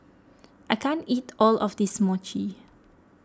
I can't eat all of this Mochi